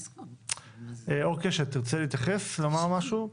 אור קשת, תרצה להתייחס, לומר משהו?